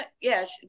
yes